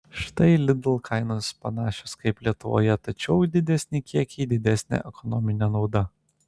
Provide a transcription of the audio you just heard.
štai lidl kainos panašios kaip lietuvoje tačiau didesni kiekiai didesnė ekonominė nauda